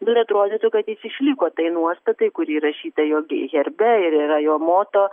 nu ir atrodytų kad jis išliko tai nuostatai kuri įrašyta jog herbe ir yra jo moto